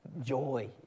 joy